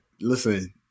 listen